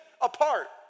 apart